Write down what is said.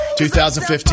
2015